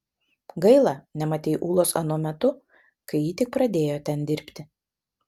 gaila nematei ulos anuo metu kai ji tik pradėjo ten dirbti